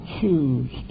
choose